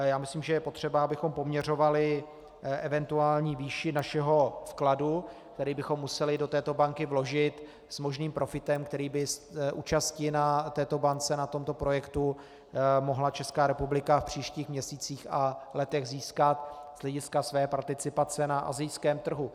Já myslím, že je potřeba, abychom poměřovali eventuální výši našeho vkladu, který bychom museli do této banky vložit, s možným profitem, který by z účasti na této bance, na tomto projektu mohla Česká republika v příštích měsících a letech získat z hlediska své participace na asijském trhu.